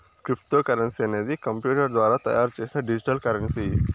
cryptocurrency అనేది computer ద్వారా తయారు చేసిన డిజిటల్ కరెన్సీ